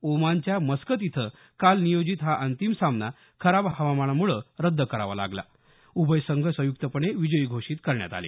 ओमानच्या मस्कत इथं काल नियोजित हा अंतिम सामना खराब हवामानामुळे रद्द करावा लागल्यानं उभय संघ संयुक्तपणे विजयी घोषीत करण्यात आले